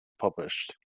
published